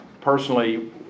personally